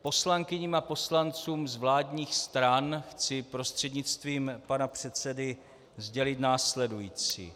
Poslankyním a poslancům z vládních stran chci prostřednictvím pana předsedy sdělit následující.